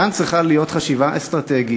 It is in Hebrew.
כאן צריכה להיות חשיבה אסטרטגית,